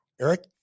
Eric